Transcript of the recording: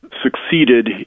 succeeded